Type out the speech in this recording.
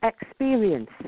experience